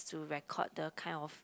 to record the kind of